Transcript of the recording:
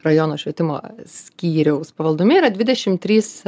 rajono švietimo skyriaus pavaldume yra dvidešim trys